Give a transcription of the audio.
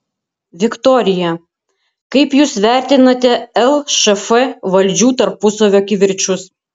viktorija kaip jūs vertinate lšf valdžių tarpusavio kivirčus